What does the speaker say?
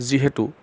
যিহেতু